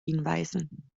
hinweisen